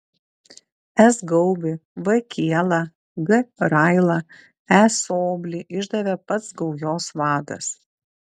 s gaubį v kielą g railą e soblį išdavė pats gaujos vadas